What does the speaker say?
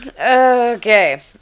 Okay